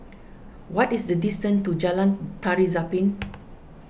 what is the distance to Jalan Tari Zapin